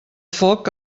foc